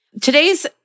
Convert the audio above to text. today's